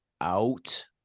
out